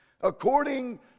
according